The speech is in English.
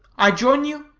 i join you,